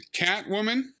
Catwoman